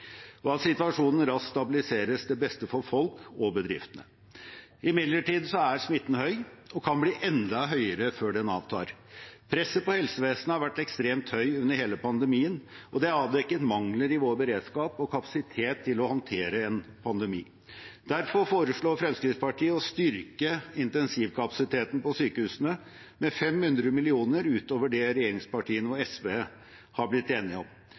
og at situasjonen raskt stabiliseres til beste for folk og bedriftene. Imidlertid er smitten høy og kan bli enda høyere før den avtar. Presset på helsevesenet har vært ekstremt høyt under hele pandemien, og det er avdekket mangler i vår beredskap og kapasitet til å håndtere en pandemi. Derfor foreslår Fremskrittspartiet å styrke intensivkapasiteten på sykehusene med 500 mill. kr utover det regjeringspartiene og SV har blitt enige om.